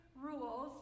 rules